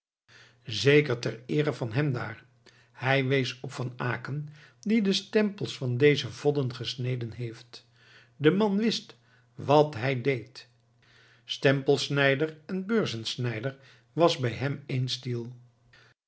zeker ter eere van hem daar hij wees op van aecken die de stempels van deze vodden gesneden heeft de man wist wat hij deed stempelsnijder en beurzensnijder was bij hem één stiel